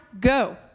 go